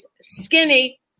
skinny